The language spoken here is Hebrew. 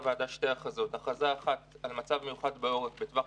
כשילדים הולכים ברחוב ומקבלים